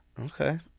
Okay